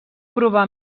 provar